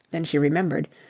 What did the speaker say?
then she remembered.